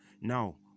Now